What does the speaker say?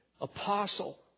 apostle